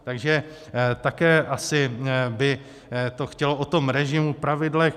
Takže také asi by to chtělo o tom režimu, pravidlech.